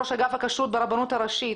ראש אגף הכשרות ברבנות הראשית,